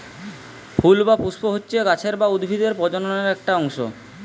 ফুল বা পুস্প হতিছে গাছের বা উদ্ভিদের প্রজনন একটো অংশ